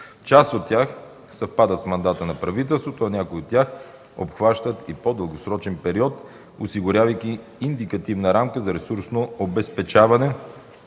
Част от тях съвпадат с мандата на правителството, а някои от тях обхващат и по-дългосрочен период, осигурявайки индикативна рамка за ресурсно обезпечаване